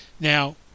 Now